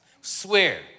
swear